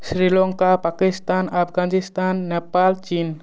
Sri Lanka Pakistan Afghanistan Nepal China